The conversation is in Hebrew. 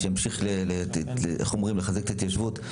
שימשיך לחזק את ההתיישבות.